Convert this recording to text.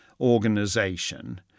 organization